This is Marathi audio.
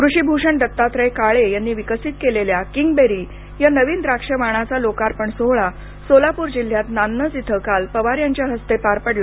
कृषिभूषण दत्तात्रय काळे यांनी विकसित केलेल्या किंगबेरी या नवीन द्राक्ष वाणाचा लोकार्पण सोहळा सोलापूर जिल्ह्यात नान्नज इथं काल पवार यांच्या हस्ते पार पडला